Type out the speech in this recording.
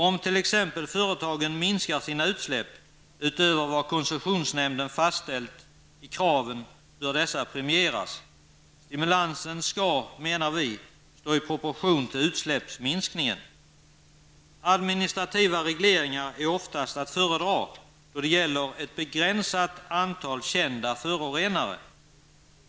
Om t.ex. företagen minskar sina utsläpp utöver vad koncessionsnämnden fastställt i sina krav bör dessa företag premieras. Stimulansen skall stå i proportion till utsläppsminskningen. Administrativa regleringar är oftast att föredra då det gäller ett begränsat antal kända förorenare.